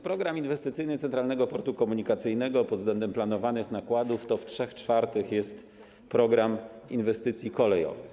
Program inwestycyjny Centralnego Portu Komunikacyjnego pod względem planowanych nakładów to w 3/4 jest program inwestycji kolejowych.